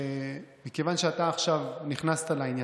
מכיוון שאתה עכשיו נכנסת לעניין,